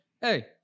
Hey